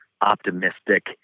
optimistic